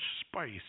spice